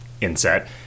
inset